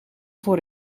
voor